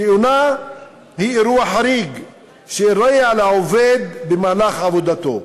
תאונה היא אירוע חריג שאירע לעובד במהלך עבודתו.